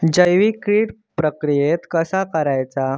जैविक कीड प्रक्रियेक कसा करायचा?